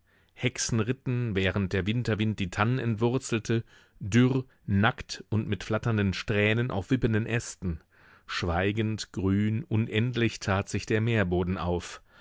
hexen ritten während der winterwind die tannen entwurzelte dürr nackt und mit flatternden strähnen auf wippenden ästen schweigend grün unendlich tat sich der meerboden auf